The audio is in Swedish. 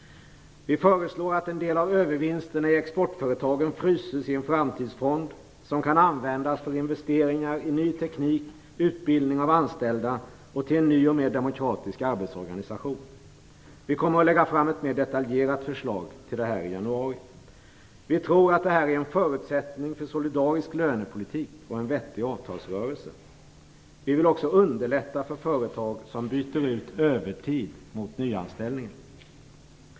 Vi föreslår att en del av övervinsterna i exportföretagen fryses i en framtidsfond, som kan användas för investeringar i ny teknik, utbildning av anställda och en ny och mer demokratisk arbetsorganisation. Vi kommer att lägga fram ett mer detaljerat förslag i januari. Vi tror att detta är en förutsättning för en solidarisk lönepolitik och en vettig avtalsrörelse. Vi vill också underlätta för företag som byter ut övertid mot nyanställningar.